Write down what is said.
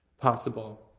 possible